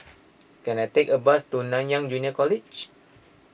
can I take a bus to Nanyang Junior College